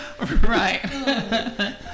Right